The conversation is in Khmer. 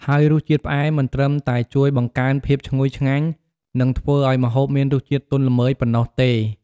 ហើយរសជាតិផ្អែមមិនត្រឹមតែជួយបង្កើនភាពឈ្ងុយឆ្ងាញ់ និងធ្វើឱ្យម្ហូបមានរសជាតិទន់ល្មើយប៉ុណ្ណោះទេ។